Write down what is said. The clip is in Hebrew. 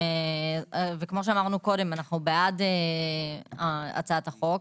וכפי שאמרתי - אנו בעד הצעת החוק,